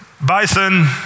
Bison